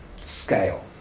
scale